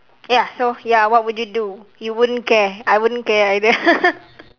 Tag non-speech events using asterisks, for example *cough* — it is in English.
ya so ya what would you do you won't care I won't care either *laughs*